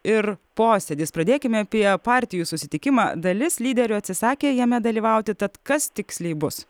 ir posėdis pradėkime apie partijų susitikimą dalis lyderių atsisakė jame dalyvauti tad kas tiksliai bus